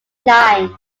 line